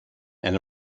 and